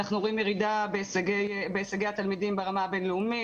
אנחנו רואים ירידה בהישגי התלמידים ברמה הבין-לאומית.